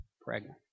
pregnant